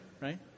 Right